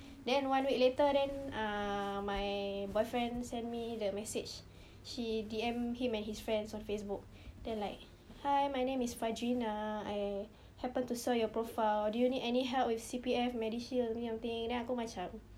then one week later then um my boyfriend send me the message she D_M him and his friends on facebook then like hi my name is fadreena I happen to saw your profile do you need any help with C_P_F medishield something something then aku macam